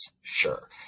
Sure